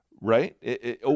right